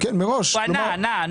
הוא ענה.